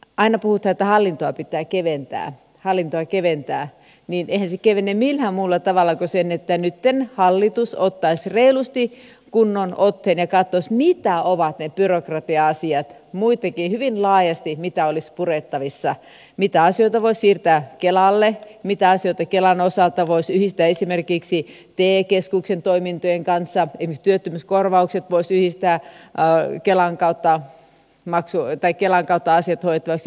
aina puhutaan että hallintoa pitää keventää mutta eihän se kevene millään muulla tavalla kuin siten että nytten hallitus ottaisi reilusti kunnon otteen ja katsoisi mitä ovat ne byrokratia asiat muutenkin hyvin laajasti mitä olisi purettavissa mitä asioita voisi siirtää kelalle mitä asioita kelan osalta voisi yhdistää esimerkiksi te keskuksen toimintojen kanssa esimerkiksi työttömyyskorvaukset voisi yhdistää kelan kautta yhteisesti hoidettavaksi